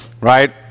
right